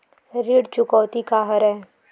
ऋण चुकौती का हरय?